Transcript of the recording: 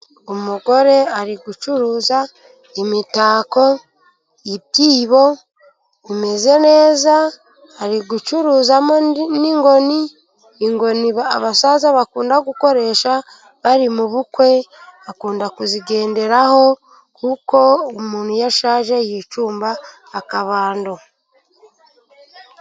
Umugore ari gucuruza imitako, ibyibo, bimeze neza ari gucuruzamo n'inkoni. Inkoni abasaza bakunda gukoresha bari mu bukwe, bakunda kuzigenderaho kuko umuntu iyo ashaje yicumba akabando.